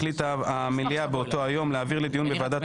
החליטה המליאה באותו היום להעביר לדיון בוועדת